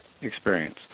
experience